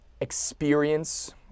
experience